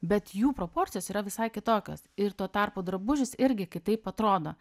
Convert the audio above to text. bet jų proporcijos yra visai kitokios ir tuo tarpu drabužis irgi kitaip atrodo